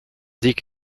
dick